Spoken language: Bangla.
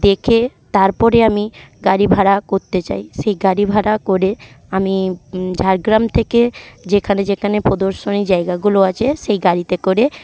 দেখে তারপরে আমি গাড়ি ভাড়া করতে চাই সে গাড়ি ভাড়া করে আমি ঝাড়গ্রাম থেকে যেখানে যেখানে প্রদর্শনী জায়গাগুলো আছে সেই গাড়িতে করে